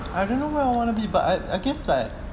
you want wanna be a against that